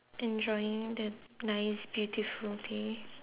enjoying the nice beautiful day